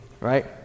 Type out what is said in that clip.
right